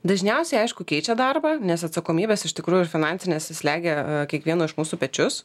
dažniausiai aišku keičia darbą nes atsakomybės iš tikrųjų ir finansinės jos slegia kiekvieno iš mūsų pečius